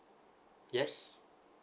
yes